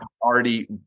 already